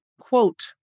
quote